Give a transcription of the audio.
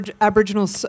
Aboriginal